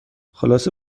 خلاصه